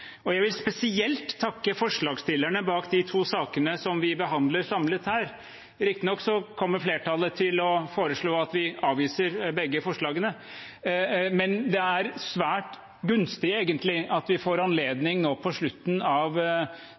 og jeg vil spesielt takke forslagsstillerne bak de to forslagene vi behandler samlet her. Riktignok kommer flertallet til å foreslå at vi avviser begge forslagene, men det er egentlig svært gunstig at vi får anledning nå på slutten av